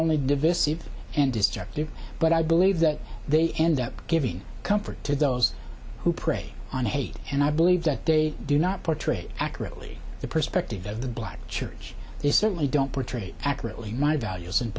divison and destructive but i believe that they end up giving comfort to those who prey on hate and i believe that they do not portrayed accurately the perspective of the black church is certainly don't portray it accurately my values and